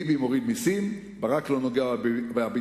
ביבי מוריד מסים, ברק לא נוגע בביטחון.